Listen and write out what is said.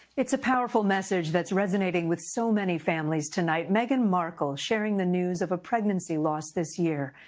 it's a powerful message that's resonating with so many families tonight. meghan markle sharing the news of a pregnancy loss this year.